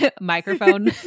microphone